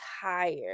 tired